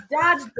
Dad